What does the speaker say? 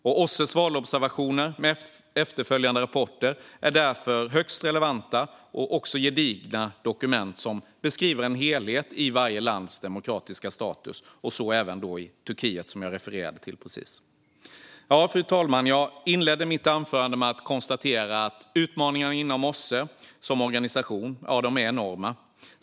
OSSE:s valobservationer med efterföljande rapporter är därför högst relevanta och gedigna dokument som beskriver en helhet i varje lands demokratiska status, så även i Turkiet. Fru talman! Jag inledde mitt anförande med att konstatera att utmaningarna inom OSSE som organisation är enorma.